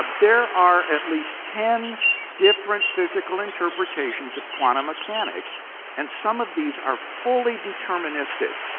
there are at least ten different physical interpretations of quantum mechanics and some of these are fully deterministic.